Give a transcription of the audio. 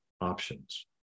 options